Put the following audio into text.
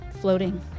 floating